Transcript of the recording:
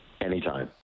Anytime